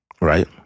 right